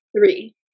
three